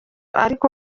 ariko